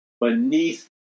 beneath